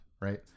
right